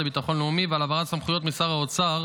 לביטחון לאומי ועל העברת סמכויות משר האוצר